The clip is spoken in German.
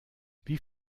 wie